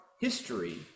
history